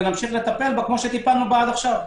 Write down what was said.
ונמשיך לטפל בה כפי שטיפלנו בה עד כה.